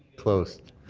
closed.